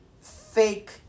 Fake